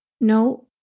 no